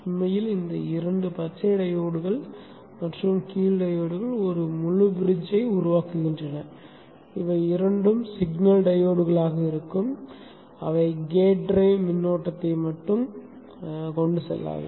உண்மையில் இந்த இரண்டு பச்சை டையோட்கள் மற்றும் கீழ் டையோட்கள் ஒரு முழு பிரிட்ஜ்ஐ உருவாக்குகின்றன இவை இரண்டும் சிக்னல் டையோட்களாக இருக்கும் அவை கேட் டிரைவ் மின்னோட்டத்தை மட்டும் கொண்டு செல்லாது